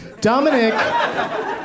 Dominic